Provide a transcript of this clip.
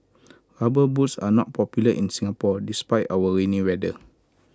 rubber boots are not popular in Singapore despite our rainy weather